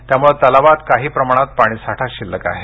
त्यामुळे तलावात काही प्रमाणात पाणीसाठा शिल्लक आहे